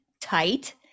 tight